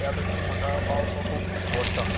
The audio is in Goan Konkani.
त्या दृश्टीन म्हाका पावस हो खूब आवडटा